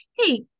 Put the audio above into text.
hey